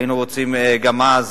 היינו רוצים גם אז,